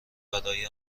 برای